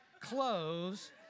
clothes